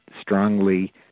strongly